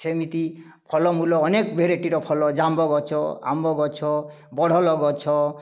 ସେମିତି ଫଳମୂଲ ଅନେକ ଭେରାଇଟିର ଫଲ ଜାମ୍ବ ଗଛ ଆମ୍ବ ଗଛ ବଢ଼ଲ ଗଛ